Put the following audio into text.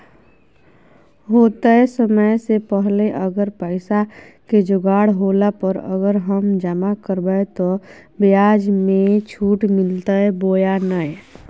होतय समय से पहले अगर पैसा के जोगाड़ होला पर, अगर हम जमा करबय तो, ब्याज मे छुट मिलते बोया नय?